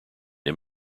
him